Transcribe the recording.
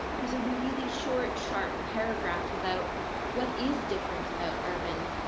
who's a really short, sharp paragraph about what is different about urban.